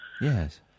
Yes